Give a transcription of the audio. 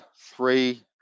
three